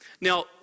Now